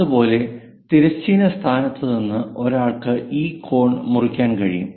അതുപോലെ തിരശ്ചീന സ്ഥാനത്ത് നിന്ന് ഒരാൾക്ക് ഈ കോൺ മുറിക്കാൻ കഴിയും